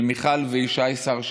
של מיכל וישי שר שלום,